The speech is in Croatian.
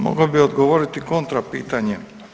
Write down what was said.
Mogao bi odgovoriti kontrapitanjem.